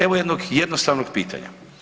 Evo jednog jednostavnog pitanja.